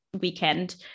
weekend